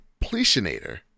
completionator